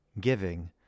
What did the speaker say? giving